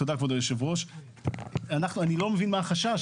תודה, כבוד היושב-ראש, אני לא מבין מה החשש.